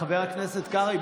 חבר הכנסת קרעי,